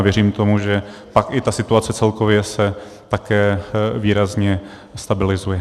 A věřím tomu, že pak i ta situace celkově se také výrazně stabilizuje.